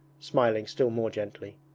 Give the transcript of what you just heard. smiling still more gently.